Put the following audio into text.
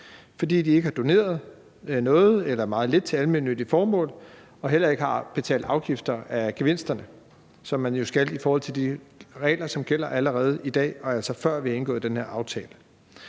fordi de ikke har doneret noget eller meget lidt til almennyttige formål og heller ikke har betalt afgifter af gevinsterne, som man jo skal i henhold til de regler, som gælder allerede i dag, altså før vi har indgået den her aftale.